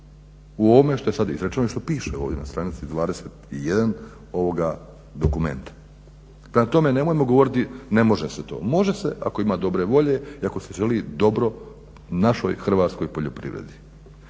u ovome što je sad izrečeno i što piše ovdje na stranici 21 ovoga dokumenta. Prema tome, nemojmo govoriti ne može se to, može se ako ima dobre volje i ako se želi dobro našoj hrvatskoj poljoprivredi.